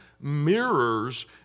mirrors